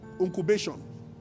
Incubation